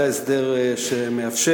זה ההסדר שמאפשר,